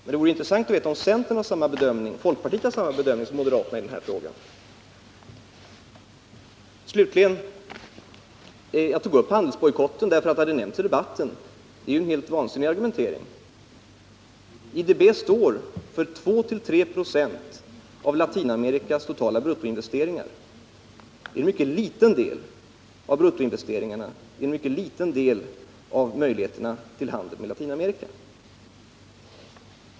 Det vore nu intressant att få veta om centern och folkpartiet har samma bedömning som moderaterna i denna fråga. Jag tog upp handelsbojkotten därför att den hade nämnts i debatten. Den argumentering som förs är vansinnig. IDB står för 2-3 26 av Latinamerikas totala bruttoinvesteringar, alltså en mycket liten andel av bruttoinvesteringarna och av möjligheterna att handla med Latinamerika.